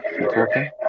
Okay